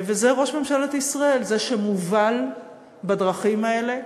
וזה ראש ממשלת ישראל, זה שמובל בדרכים האלה,